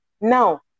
now